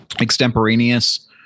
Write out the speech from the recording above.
extemporaneous